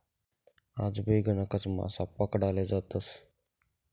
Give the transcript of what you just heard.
आजबी गणकच मासा पकडाले जातस